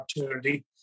opportunity